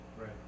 Right